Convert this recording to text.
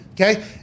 okay